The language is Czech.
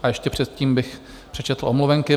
A ještě předtím bych přečetl omluvenky.